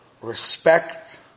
respect